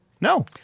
No